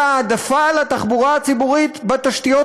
אלא העדפה של התחבורה הציבורית בתשתיות